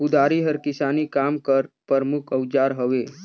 कुदारी हर किसानी काम कर परमुख अउजार हवे